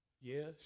Yes